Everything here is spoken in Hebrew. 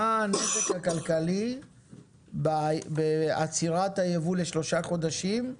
מה הנזק הכלכלי בעצירת היבוא לשלושה חודשים?